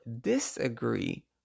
disagree